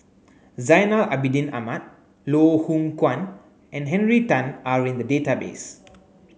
Zainal Abidin Ahmad Loh Hoong Kwan and Henry Tan are in the database